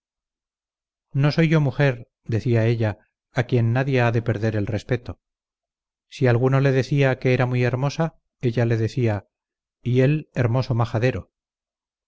no soy yo mujer decía ella a quien nadie ha de perder el respeto si alguno le decía que era muy hermosa ella le decía y él hermoso majadero